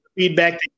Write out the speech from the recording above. feedback